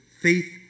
faith